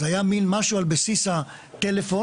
זה היה משהו על בסיס הטלפון,